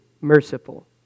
merciful